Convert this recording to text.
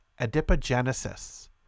adipogenesis